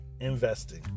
investing